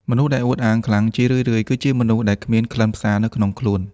មនុស្សដែលអួតអាងខ្លាំង ជារឿយៗគឺជាមនុស្សដែលគ្មានខ្លឹមសារនៅក្នុងខ្លួន។